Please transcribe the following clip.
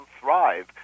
thrive